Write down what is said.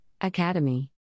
Academy